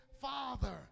father